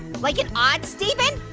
like an odd steven?